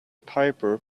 piper